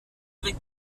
avec